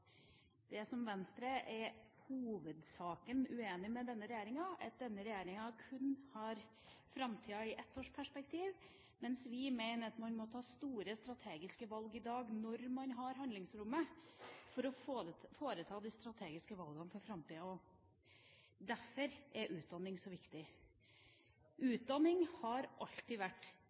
Det som Venstre i hovedsak er uenig med denne regjeringa i, er at denne regjeringa kun ser på framtida i et 1-årsperspektiv, mens vi mener at man må ta store strategiske valg i dag når man har handlingsrommet, for å foreta de strategiske valgene for framtida. Derfor er utdanning så viktig. Utdanning har alltid vært